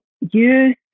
use